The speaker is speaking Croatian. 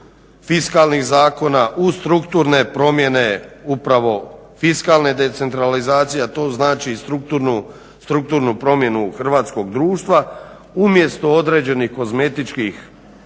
fiskalnih zakona, u strukturne promjene upravo fiskalne decentralizacije a to znači i strukturnu promjenu hrvatskog društva umjesto određenih kozmetičkih